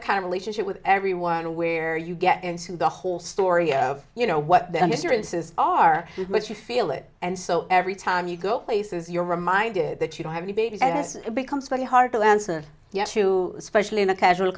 the kind of relationship with everyone aware you get into the whole story of you know what the understeering says are what you feel it and so every time you go places you're reminded that you don't have any babies as it becomes very hard to answer yes to especially in a casual